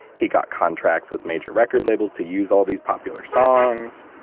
he got contracts with major record labels to use all these popular songs,